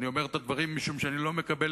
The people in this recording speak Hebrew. אני אומר את הדברים משום שאני לא מקבל